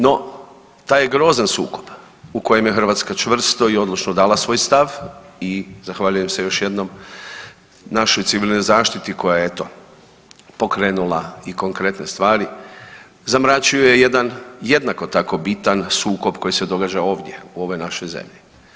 No taj grozan sukob u kojem je Hrvatska čvrsto i odlučno dala svoj stav i zahvaljujem se još jednom našoj civilnoj zaštiti koja je eto pokrenula i konkretne stvari, zamračuje jedan jednako tako bitan sukob koji se događa ovdje u ovoj našoj zemlji.